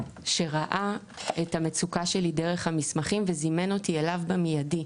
שראה את המצוקה שלי דרך המסמכים וזימן אותי אליו במידי.